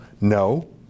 No